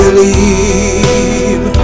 Believe